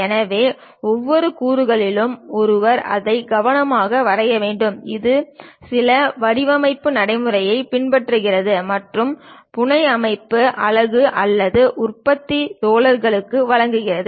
எனவே ஒவ்வொரு கூறுகளும் ஒருவர் அதை கவனமாக வரைய வேண்டும் இது சில வடிவமைப்பு நடைமுறைகளைப் பின்பற்றுகிறது மற்றும் புனையமைப்பு அலகு அல்லது உற்பத்தி தோழர்களுக்கு வழங்கப்படுகிறது